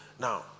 Now